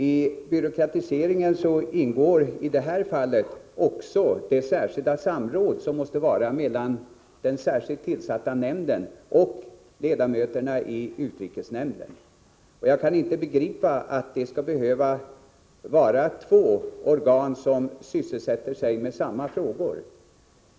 I byråkratiseringen ingår i det här fallet också det speciella samråd som måste äga rum mellan den särskilt tillsatta nämnden och ledamöterna i utrikesnämnden. Jag kan inte begripa att det skall behöva vara två organ som sysselsätter sig med samma frågor.